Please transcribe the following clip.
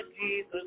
Jesus